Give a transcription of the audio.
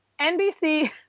NBC